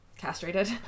castrated